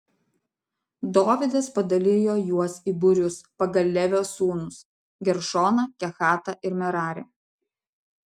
dovydas padalijo juos į būrius pagal levio sūnus geršoną kehatą ir merarį